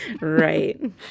Right